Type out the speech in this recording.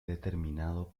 determinado